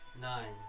Nine